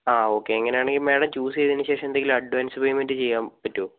ആ ഓക്കെ അങ്ങനാണെങ്കിൽ madam choose ചെയ്തതിന് ശേഷം എന്തെങ്കിലും അഡ്വാൻസ് പേയ്മെൻറ്റ് ചെയ്യാൻ പറ്റുമോ